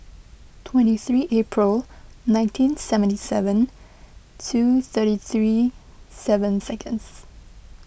twenty three April nineteen seventy seven two thirty three seven seconds